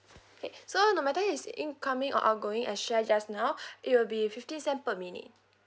okay so no matter is incoming or outgoing as shared just now it will be fifteen cent per minute